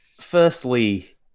firstly